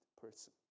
person